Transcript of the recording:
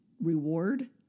reward